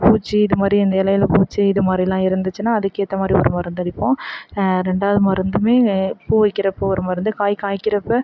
பூச்சி இது மாதிரி அந்த இலையில பூச்சி இது மாதிரிலாம் இருந்துச்சின்னால் அதுக்கேற்ற மாதிரி ஒரு மருந்தடிப்போம் ரெண்டாவது மருந்துமே பூ வைக்கிறப்போது ஒரு மருந்து காய் காய்க்கிறப்போ